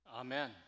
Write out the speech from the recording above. amen